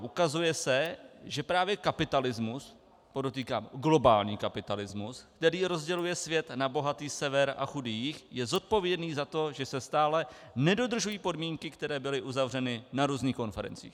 Ukazuje se, že právě kapitalismu, podotýkám globální kapitalismus, který rozděluje svět na bohatý sever a chudý jih, je zodpovědný za to, že se stále nedodržují podmínky, které byly uzavřeny na různých konferencích.